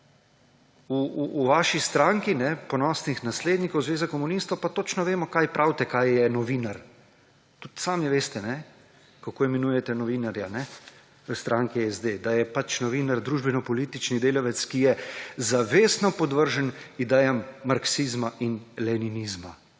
V stranki ponosnih naslednikov Zveze komunistov pa točno vemo, kaj pravite, kaj je novinar, tudi sami veste, kako imenujete novinarja v stranki SD, da je pač novinar družbenopolitični delavec, ki je zavestno podvržen idejam marksizma in leninizma.